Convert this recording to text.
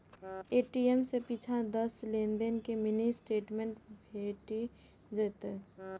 ATM सं पिछला दस लेनदेन के मिनी स्टेटमेंट भेटि जायत